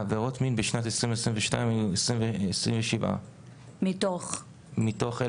עבירות מין בשנת 2022 היו 27. מתוך?